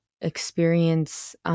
experience